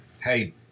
hey